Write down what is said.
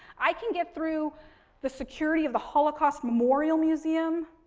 i can get through the security of the holocaust memorial museum,